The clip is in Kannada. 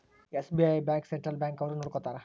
ಎಸ್.ಬಿ.ಐ ಬ್ಯಾಂಕ್ ಸೆಂಟ್ರಲ್ ಬ್ಯಾಂಕ್ ಅವ್ರು ನೊಡ್ಕೋತರ